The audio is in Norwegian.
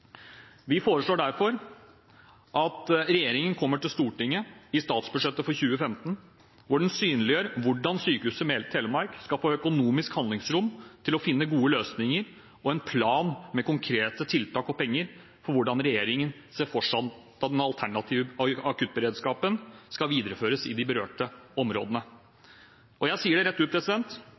Vi foreslår derfor at regjeringen kommer til Stortinget med statsbudsjettet for 2015 og synliggjør hvordan Sykehuset Telemark skal få økonomisk handlingsrom til å finne gode løsninger, og at de har en plan med konkrete tiltak og penger for hvordan regjeringen ser for seg at den alternative akuttberedskapen skal videreføres i de berørte områdene. Jeg sier det rett ut: